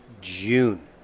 June